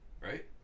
right